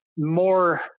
more